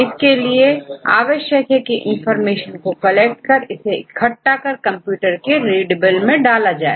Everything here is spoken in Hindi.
इसके लिए यह आवश्यक है कि इंफॉर्मेशन को कलेक्ट कर उसे इकट्ठा कर कंप्यूटर रीडेबल में डाला जाए